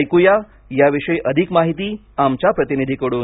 ऐकूया याविषयी अधिक माहिती आमच्या प्रतिनिधीकडून